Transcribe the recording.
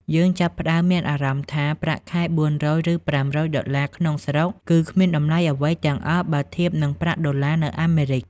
យើងចាប់ផ្តើមមានអារម្មណ៍ថា ប្រាក់ខែ ៤០០ ឬ ៥០០ ដុល្លារក្នុងស្រុក គឺគ្មានតម្លៃអ្វីទាំងអស់បើធៀបនឹងប្រាក់ដុល្លារនៅអាមេរិក។